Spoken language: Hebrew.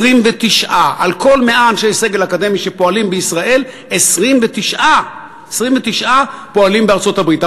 29. על כל 100 אנשי סגל אקדמי שפועלים בישראל 29 פועלים בארצות-הברית.